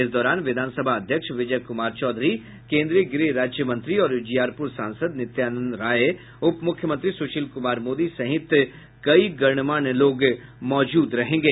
इस दौरान विधानसभा अध्यक्ष विजय कुमार चौधरी केन्द्रीय गृह राज्य मंत्री और उजियारपुर सांसद नित्यानंद राय उपमुख्यमंत्री सुशील कुमार मोदी सहित कई गणमान्य लोग मौजूद रहेंगे